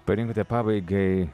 parinkote pabaigai